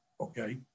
okay